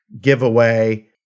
giveaway